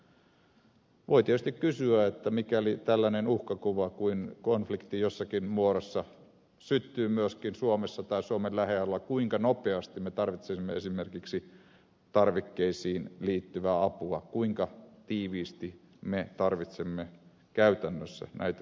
voi tietysti kysyä että mikäli tällainen uhkakuva konflikti jossakin muodossa syttyy myöskin suomessa tai suomen lähialueella kuinka nopeasti me tarvitsisimme esimerkiksi tarvikkeisiin liittyvää apua kuinka tiiviisti me tarvitsemme käytännössä näitä yhteistyökumppaneita